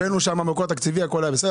הבאנו שם מקור תקציבי, הכול היה בסדר.